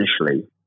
initially